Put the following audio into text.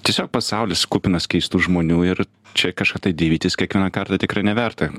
tiesiog pasaulis kupinas keistų žmonių ir čia kažką tai dėvytis kiekvieną kartą tikrai neverta